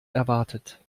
erwartet